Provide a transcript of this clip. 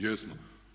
Jesmo.